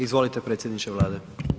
Izvolite predsjedniče Vlade.